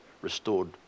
restored